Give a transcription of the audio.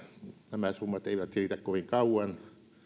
nämä summat eivät riitä kovin kauan